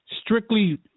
strictly